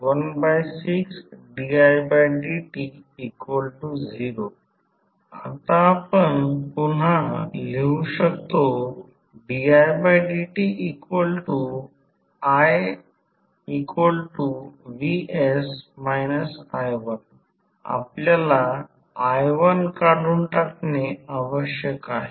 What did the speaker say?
vsi116didt0 आता आपण पुन्हा लिहू शकतो didtivs i1 आपल्याला i1 काढून टाकणे आवश्यक आहे